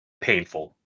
painful